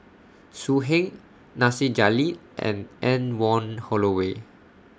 So Heng Nasir Jalil and Anne Wong Holloway